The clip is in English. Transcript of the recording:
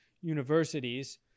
Universities